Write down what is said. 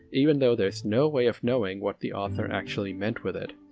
even though there's no way of knowing what the author actually meant with it.